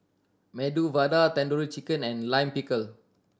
Medu Vada Tandoori Chicken and Lime Pickle